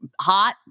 hot